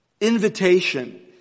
invitation